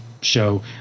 show